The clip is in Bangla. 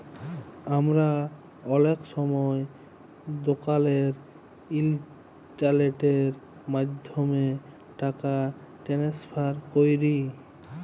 আমরা অলেক সময় দকালের ইলটারলেটের মাধ্যমে টাকা টেনেসফার ক্যরি